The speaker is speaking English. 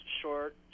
short